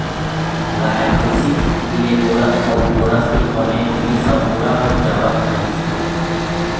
गाय, भइसी ले गोरस अउ गोरस के बने जिनिस ह पूरा हो जावत रहिस हे